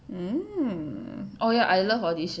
um oh ya I love audition